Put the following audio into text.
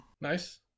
nice